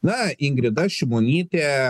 na ingrida šimonytė